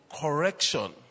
correction